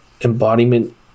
embodiment